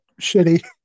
shitty